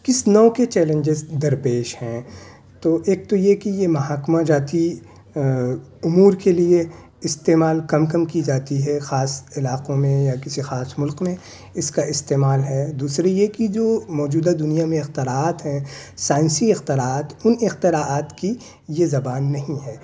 کس نوع کے چیلنجز درپیش ہیں تو ایک تو یہ کہ یہ محاکمہ جاتی امور کے لیے استعمال کم کم کی جاتی ہے خاص علاقوں میں یا کسی خاص ملک میں اس کا استعمال ہے دوسری یہ کہ جو موجودہ دنیا میں اختراعات ہیں سائنسی اختراعات ان اختراعات کی یہ زبان نہیں ہے